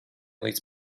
līdz